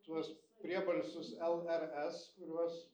tuos priebalsius l r s kuriuos